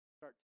start